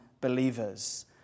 believers